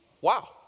Wow